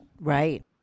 Right